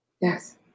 Yes